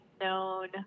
known